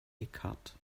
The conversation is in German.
eckhart